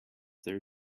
their